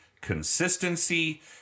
consistency